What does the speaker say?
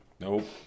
nope